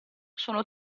sono